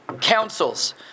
councils